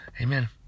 amen